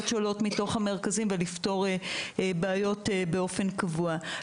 שעולות מתוך המרכזים ולפתור בעיות באופן קבוע.